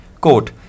Quote